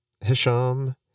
Hisham